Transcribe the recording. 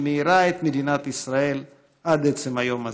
שמאירה את מדינת ישראל עד עצם היום הזה.